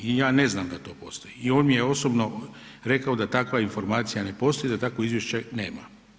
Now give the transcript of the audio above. I ja ne znam da to postoji i on mi je osobno rekao da takva informacija ne postoji i da takvo izvješće nema.